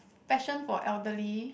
passion for elderly